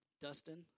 Dustin